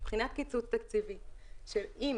מבחינת קיצוץ תקציבי שאם